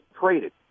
traded